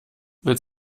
wird